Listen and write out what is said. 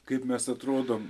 kaip mes atrodom